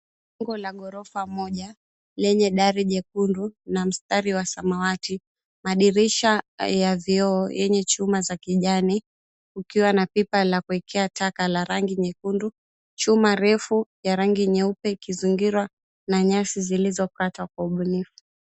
Jengo la ghofofa moja, lenye dari jekundu na mstari wa samawati, madirisha ya vioo yenye chuma za kijani, kukiwa na pipa la kuekea taka la rangi nyekundu, chuma refu ya rangi nyeupe ikizingira na nyasi zilizokatwa kwa ubunifu.